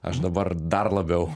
aš dabar dar labiau